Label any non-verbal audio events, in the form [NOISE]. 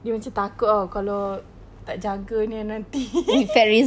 dia macam kalau tak jaga dia nanti [LAUGHS]